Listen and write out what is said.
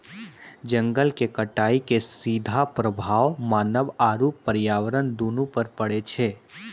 जंगल के कटाइ के सीधा प्रभाव मानव आरू पर्यावरण दूनू पर पड़ै छै